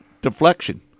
Deflection